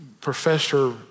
professor